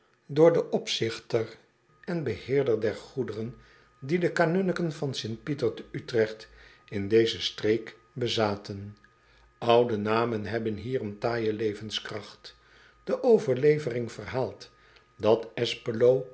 door den opzigter en beheerder der goederen die de anunniken van t ieter te trecht in deze streek bezaten ude namen hebben hier een taaije levenskracht e overlevering verhaalt dat